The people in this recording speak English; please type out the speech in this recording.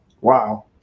Wow